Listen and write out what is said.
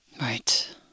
Right